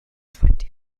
twenty